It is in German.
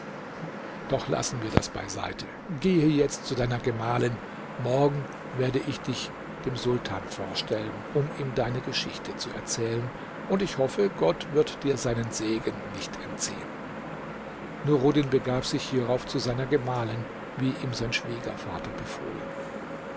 doch lassen wir das beiseite gehe jetzt zu deiner gemahlin morgen werde ich dich dein sultan vorstellen um ihm deine geschichte zu erzählen und ich hoffe gott wird dir seinen segen nicht entziehen nuruddin begab sich hierauf zu seiner gemahlin wie ihm sein schwiegervater befohlen